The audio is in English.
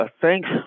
thanks